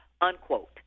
unquote